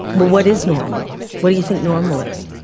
well what is normal, what do you think normal is?